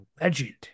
legend